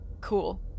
Cool